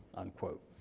unquote.